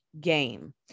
game